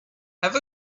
have